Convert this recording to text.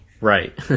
Right